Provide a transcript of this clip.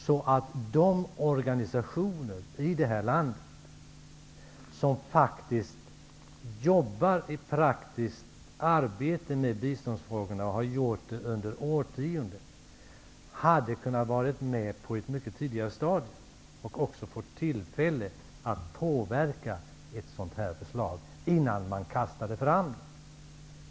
Då hade de organisationer i det här landet som faktiskt jobbar i praktiskt arbete med biståndsfrågorna, och har gjort det under årtionden, kunnat vara med på ett mycket tidigare stadium och även fått tillfälle att påverka ett sådant här förslag innan det kastades fram.